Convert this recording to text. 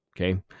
okay